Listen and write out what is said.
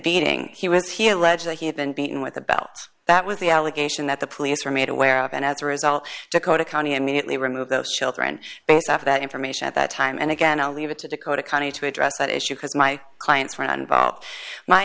beating he was he alleges he had been beaten with a belt that was the allegation that the police were made aware of and as a result dakota county immediately remove those children based off that information at that time and again i'll leave it to dakota county to address that issue because my clients were not involved my